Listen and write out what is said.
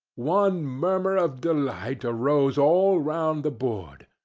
one murmur of delight arose all round the board,